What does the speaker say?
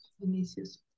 Vinicius